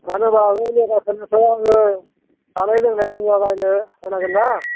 मानो होनबा बे लेबारफोरनोथ' आङो जानाय लोंनाय मुवा बायनो होनांगोन ना